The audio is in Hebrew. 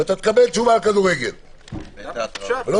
מה עם